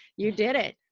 you did it.